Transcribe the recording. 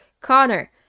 Connor